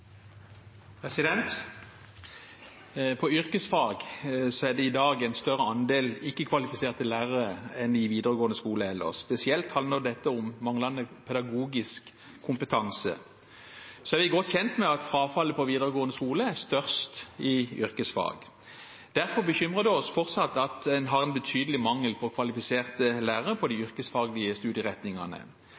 det i dag en større andel ikke-kvalifiserte lærere enn i videregående skole ellers, spesielt handler dette om manglende pedagogisk kompetanse. Så er vi godt kjent med at frafallet i videregående skole er størst innen yrkesfag. Derfor bekymrer det oss fortsatt at man har en betydelig mangel på kvalifiserte lærere på de yrkesfaglige studieretningene.